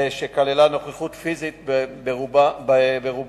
שכללה פעילות פיזית ברובה,